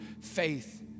faith